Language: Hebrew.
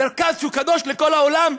מרכז שהוא קדוש לכל העולם,